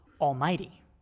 Almighty